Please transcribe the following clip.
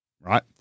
Right